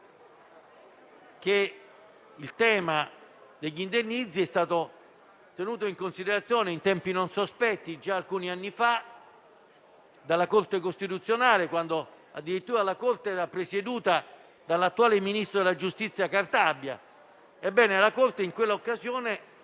che il tema degli indennizzi è stato tenuto in considerazione in tempi non sospetti, già alcuni anni fa, dalla Corte costituzionale, quando addirittura la Corte era presieduta dall'attuale ministro della giustizia Cartabia. Ebbene, in quella occasione,